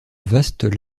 vastes